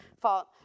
fault